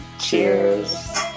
Cheers